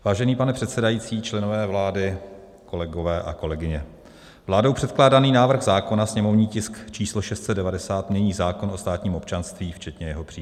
Vážený pane předsedající, členové vlády, kolegové a kolegyně, vládou předkládaný návrh zákona, sněmovní tisk 690, mění zákon o státním občanství včetně jeho příloh.